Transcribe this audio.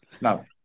No